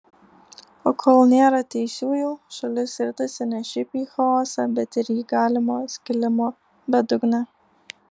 o kol nėra teisiųjų šalis ritasi ne šiaip į chaosą bet ir į galimo skilimo bedugnę